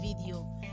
video